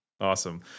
Awesome